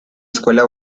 escuela